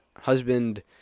husband